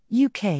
UK